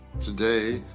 today,